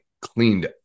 cleaned